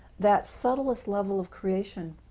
that subtlest level of creation